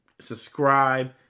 subscribe